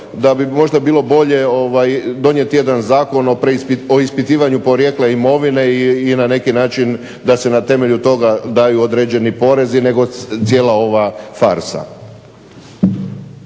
da bi možda bilo bolje donijeti jedan zakon o ispitivanju porijekla imovine i na neki način da se na temelju toga daju određeni porezi, nego cijela ova farsa.